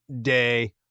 day